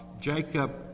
jacob